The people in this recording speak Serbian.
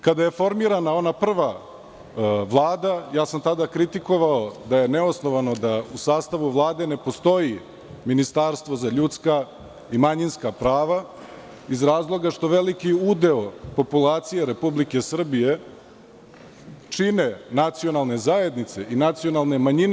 Kada je formirana ona prva Vlada, tada sam kritikovao da je neosnovano da u sastavu Vlade ne postoji ministarstvo za ljudska i manjinska prava iz razloga što veliki udeo populacije Republike Srbije čine nacionalne zajednice i nacionalne manjine.